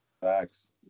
Facts